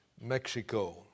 Mexico